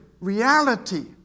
reality